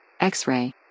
X-Ray